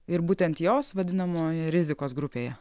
ir būtent jos vadinamoj rizikos grupėje